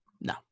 No